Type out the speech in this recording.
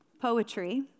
Poetry